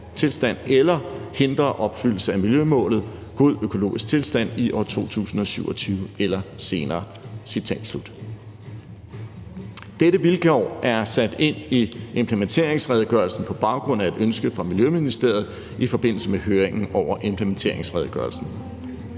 tilstand eller hindre opfyldelse af miljømålet om god økologisk tilstand i år 2027 eller senere. Citat slut. Dette vilkår er sat ind i implementeringsredegørelsen på baggrund af et ønske fra Miljøministeriet i forbindelse med høringen over implementeringsredegørelsen.